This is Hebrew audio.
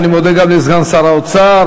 ואני מודה גם לסגן שר האוצר,